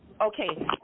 okay